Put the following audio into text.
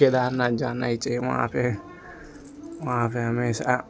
केदारनाथ जाना ही चाहिए वहाँ पर वहाँ पर हमेशा